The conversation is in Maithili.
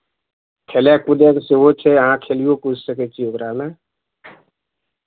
खेलय कूदयके सेहो छै अहाँ खेलिओ कूदि सकै छी ओकरामे